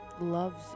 loves